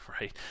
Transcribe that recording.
right